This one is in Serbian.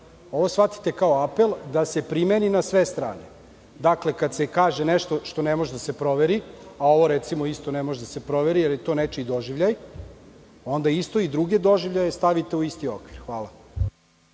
ovo shvatite kao apel da se primeni na sve strane. Kad se kaže nešto što ne može da se proveri, a ovo, recimo, isto ne može da se proveri, jer je to nečiji doživljaj, onda isto i druge doživljaje stavite u isti okvir. Hvala.